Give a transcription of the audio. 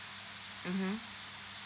mmhmm